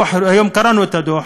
היום קראנו את הדוח.